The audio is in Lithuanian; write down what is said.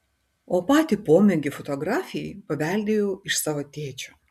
o patį pomėgį fotografijai paveldėjau iš savo tėčio